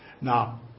Now